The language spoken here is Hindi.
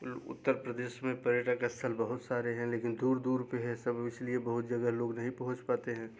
उत्तर प्रदेश में पर्यटक स्थल बहुत सारे हैं लेकिन दूर दूर पे है सब इसलिए बहुत जगह लोग नहीं पहुँच पाते हैं